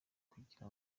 kugira